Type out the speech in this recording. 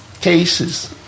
cases